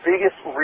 biggest